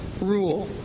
rule